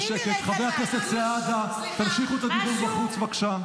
חבר הכנסת סעדה, תמשיכו את הדיבור בחוץ, בבקשה.